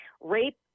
rape